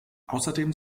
außerdem